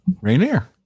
Rainier